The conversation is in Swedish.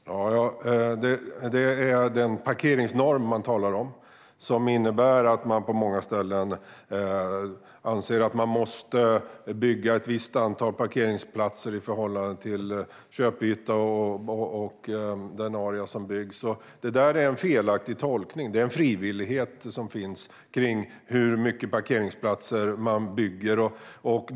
Herr talman! Det är den parkeringsnorm man talar om. Den innebär att man på många ställen anser att man måste bygga ett visst antal parkeringsplatser i förhållande till köpyta och den area som byggs. Det är en felaktig tolkning. Det råder frivillighet om hur många parkeringsplatser som ska byggas.